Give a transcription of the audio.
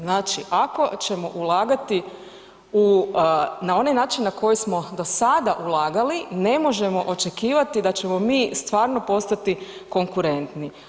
Znači ako ćemo ulagati na onaj način na koji smo do sada ulagali, ne možemo očekivati da ćemo mi stvarno postati konkurentni.